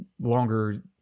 longer